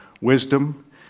wisdom